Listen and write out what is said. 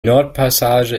nordpassage